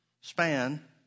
span